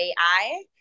AI